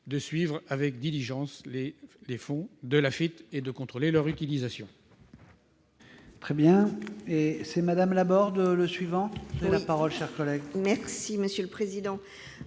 de suivre avec diligence les fonds de l'Afitf et de contrôler leur utilisation.